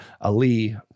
Ali